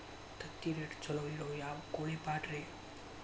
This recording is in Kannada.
ತತ್ತಿರೇಟ್ ಛಲೋ ಇರೋ ಯಾವ್ ಕೋಳಿ ಪಾಡ್ರೇ?